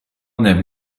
never